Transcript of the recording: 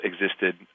existed